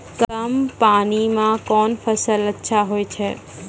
कम पानी म कोन फसल अच्छाहोय छै?